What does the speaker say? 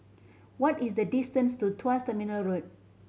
what is the distance to Tuas Terminal Road